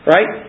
Right